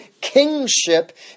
kingship